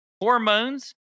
hormones